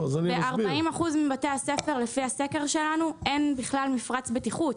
ב-40% מבתי הספר לפי הסקר שלנו אין בכלל מפרץ בטיחות.